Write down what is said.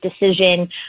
decision